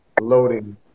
Loading